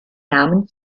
nahmen